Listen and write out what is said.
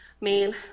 male